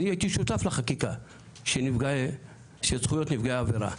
אני הייתי שותף לחקיקה של זכויות נפגעי עבירה.